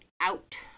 out